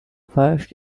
first